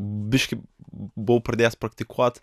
biškį buvau pradėjęs praktikuot